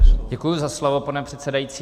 Děkuji za slovo, pane předsedající.